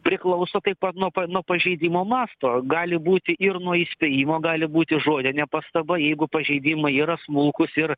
priklauso taip pat nuo nuo pažeidimo masto gali būti ir nuo įspėjimo gali būti žodinė pastaba jeigu pažeidimai yra smulkūs ir